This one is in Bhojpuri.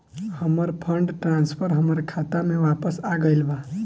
हमर फंड ट्रांसफर हमर खाता में वापस आ गईल बा